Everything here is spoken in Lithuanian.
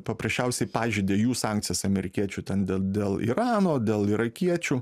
paprasčiausiai pažeidė jų sankcijas amerikiečių ten den dėl irano dėl irakiečių